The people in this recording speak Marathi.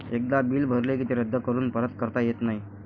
एकदा बिल भरले की ते रद्द करून परत करता येत नाही